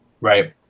Right